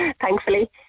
thankfully